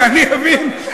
שאני אבין,